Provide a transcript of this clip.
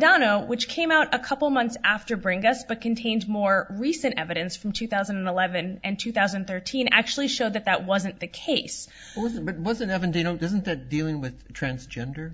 done which came out a couple months after bring us but contains more recent evidence from two thousand and eleven and two thousand and thirteen actually show that that wasn't the case wasn't evident doesn't the dealing with transgender